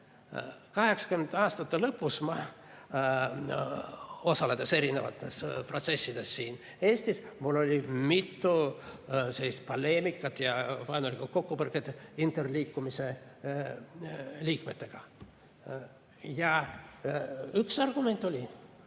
1980. aastate lõpus, kui ma osalesin erinevates protsessides siin Eestis, mul oli mitu poleemikat ja vaenulikku kokkupõrget interliikumise liikmetega. Üks argument oli